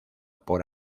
por